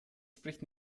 spricht